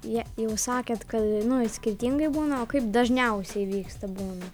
jie jau sakėt kad nu jie skirtingai būna o kaip dažniausiai vyksta būna